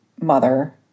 mother